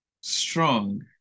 Strong